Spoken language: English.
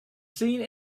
seen